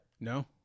no